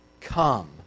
come